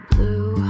Blue